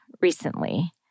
recently